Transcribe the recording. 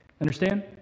Understand